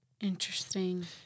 Interesting